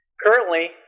Currently